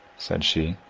said she.